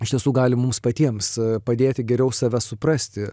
iš tiesų gali mums patiems padėti geriau save suprasti